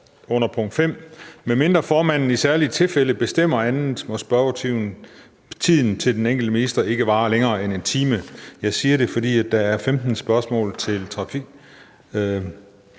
under stk. 5 står: »Medmindre formanden i særlige tilfælde bestemmer andet, må spørgetiden til den enkelte minister ikke vare længere end 1 time.« Jeg siger det, fordi der er 15 spørgsmål til